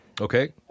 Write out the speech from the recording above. Okay